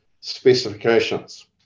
specifications